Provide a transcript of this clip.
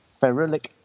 ferulic